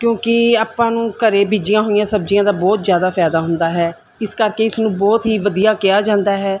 ਕਉਂਕਿ ਆਪਾਂ ਨੂੰ ਘਰ ਬੀਜੀਆਂ ਹੋਈਆਂ ਸਬਜ਼ੀਆਂ ਦਾ ਬਹੁਤ ਜ਼ਿਆਦਾ ਫ਼ਾਇਦਾ ਹੁੰਦਾ ਹੈ ਇਸ ਕਰਕੇ ਇਸਨੂੰ ਬਹੁਤ ਹੀ ਵਧੀਆ ਕਿਹਾ ਜਾਂਦਾ ਹੈ